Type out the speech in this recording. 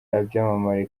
ibyamamare